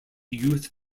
youth